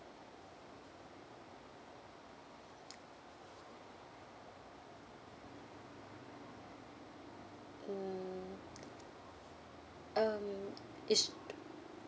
hmm um it's